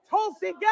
Tulsi